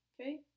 Okay